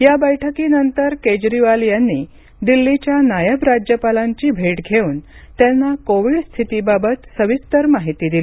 या बैठकीनंतर केजरीवाल यांनी दिल्लीच्या नायब राज्यपालांची भेट घेऊन त्यांना कोविड स्थितीबाबत सविस्तर माहिती दिली